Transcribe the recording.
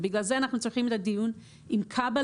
בגלל זה אנחנו צריכים לדיון עם כב"ה,